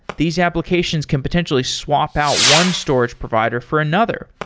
these applications can potentially swap out one storage provider for another,